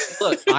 Look